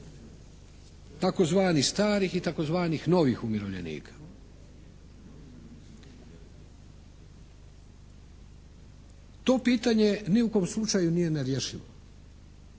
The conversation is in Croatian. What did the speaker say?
tzv. starih i tzv. novih umirovljenika. To pitanje ni u kom slučaju nije nerješivo.